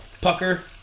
pucker